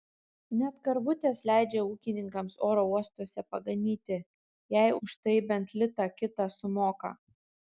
net karvutes leidžia ūkininkams oro uostuose paganyti jei už tai bent litą kitą sumoka